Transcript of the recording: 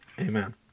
Amen